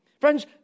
Friends